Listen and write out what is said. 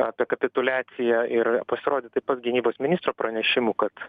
apie kapituliaciją ir pasirodė taip pat gynybos ministro pranešimų kad